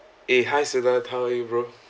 eh hi sivat how are you bro